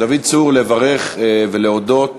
דוד צור, לברך ולהודות.